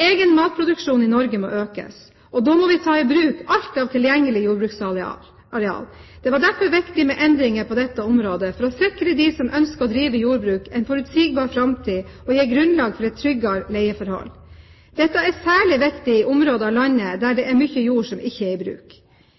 Egen matproduksjon i Norge må økes, og da må vi ta i bruk alt av tilgjengelig jordbruksareal. Det var derfor viktig med endringer på dette området, for å sikre de som ønsker å drive jordbruk, en forutsigbar framtid og gi grunnlag for et tryggere leieforhold. Dette er særlig viktig i områder av landet der